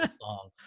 song